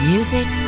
Music